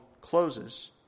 closes